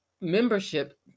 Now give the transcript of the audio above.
membership